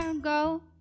Go